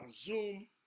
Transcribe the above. Zoom